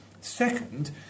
second